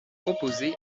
opposé